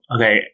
Okay